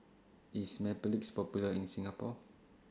IS Mepilex Popular in Singapore